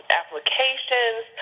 applications